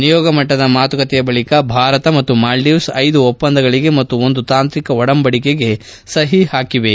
ನಿಯೋಗ ಮಟ್ಟದ ಮಾತುಕತೆಯ ಬಳಿಕ ಭಾರತ ಮತ್ತು ಮಾಲ್ಲೀವ್ಸ್ ಐದು ಒಪ್ಪಂದಗಳಿಗೆ ಮತ್ತು ಒಂದು ತಾಂತ್ರಿಕ ಒಡಂಬಡಿಕೆಗೆ ಸು ಪಾಕಿವೆ